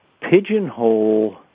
pigeonhole